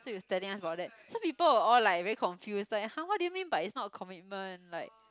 so he was telling us about that so people were all like very confused like !huh! what do you mean by it's not a commitment like